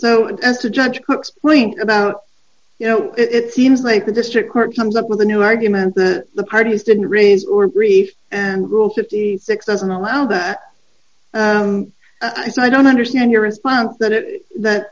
so as to judge cook's link about you know it seems like the district court comes up with a new argument that the parties didn't raise or brief rule fifty six doesn't allow that so i don't understand your response that it that